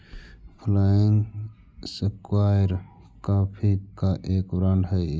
flying squirrel coffee का एक brand हई